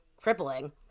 crippling